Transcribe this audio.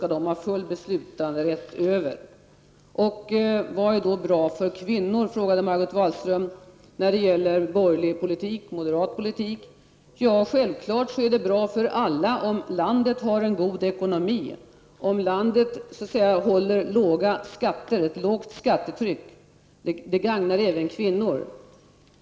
Vad i den borgerliga och moderata politiken är då bra för kvinnor? frågade Margot Wallström. Självfallet är det bra för alla om landet har en god ekonomi, om landet håller ett lågt skattetryck. Detta gagnar även kvinnor.